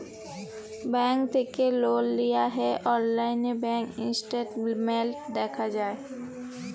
bank থ্যাকে লল লিয়া হ্যয় অললাইল ব্যাংক ইসট্যাটমেল্ট দ্যাখা যায়